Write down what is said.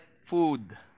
food